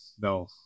No